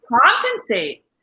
compensate